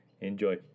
Enjoy